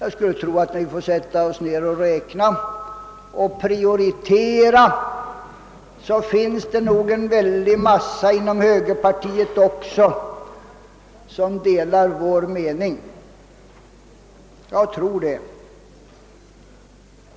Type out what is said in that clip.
Men om vi sätter oss ned och räknar och prioriterar, så skall vi nog finna, att det finns många inom högerpartiet som delar vår mening. Jag tror det.